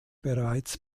bereits